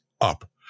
up